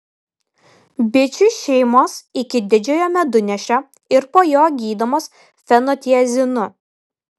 bičių šeimos iki didžiojo medunešio ir po jo gydomos fenotiazinu